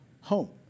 home